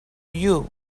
you